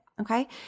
okay